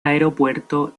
aeropuerto